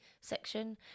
section